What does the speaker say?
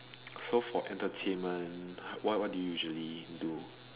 so for entertainment what what do you usually do